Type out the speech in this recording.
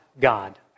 God